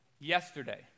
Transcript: yesterday